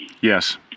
Yes